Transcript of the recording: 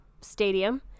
stadium